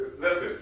Listen